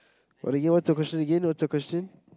but again what's your question again what's your question